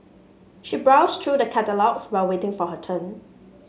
she browsed through the catalogues while waiting for her turn